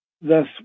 Thus